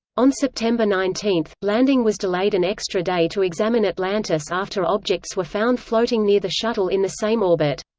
on september nineteen, landing was delayed an extra day to examine atlantis after objects were found floating near the shuttle in the same orbit.